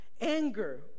Anger